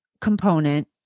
component